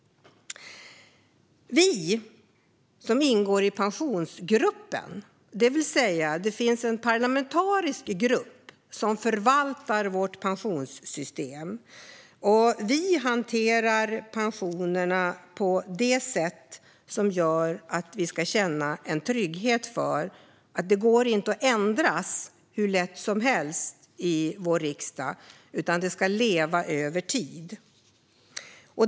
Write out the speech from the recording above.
Det finns en parlamentarisk grupp, Pensionsgruppen, som förvaltar vårt pensionssystem. Vi som ingår i den förvaltar pensionerna på ett sätt som gör att vi ska känna en trygghet i att systemet inte går att ändra hur lätt som helst i vår riksdag, utan det ska leva över tid.